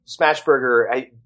Smashburger